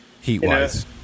heat-wise